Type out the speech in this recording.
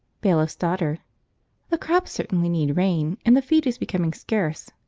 bailiff's daughter the crops certainly need rain, and the feed is becoming scarce.